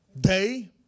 Day